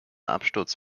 absturz